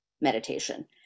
meditation